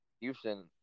Houston